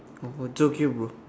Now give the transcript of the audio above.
oh it's okay bro